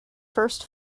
first